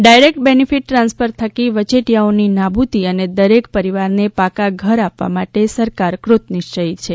direct benefit transfer થકી વચેટીયાઓની નાબુદી અને દરેક પરિવારને પાકા ઘર આપવા માટે સરકાર કૃતનિશ્ચયી છે